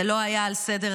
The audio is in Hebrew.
זה לא היה על סדר-היום,